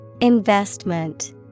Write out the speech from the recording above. Investment